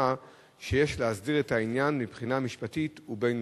שיש להסדיר את העניין מבחינה משפטית ובין-לאומית.